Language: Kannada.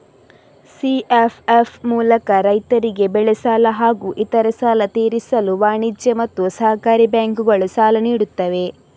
ಸಿ.ಎಫ್.ಎಫ್ ಮೂಲಕ ರೈತರಿಗೆ ಬೆಳೆ ಸಾಲ ಹಾಗೂ ಇತರೆ ಸಾಲ ತೀರಿಸಲು ವಾಣಿಜ್ಯ ಮತ್ತು ಸಹಕಾರಿ ಬ್ಯಾಂಕುಗಳು ಸಾಲ ನೀಡುತ್ತವೆ